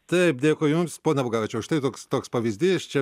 taip dėkui jums pone bugavičiau štai toks toks pavyzdys čia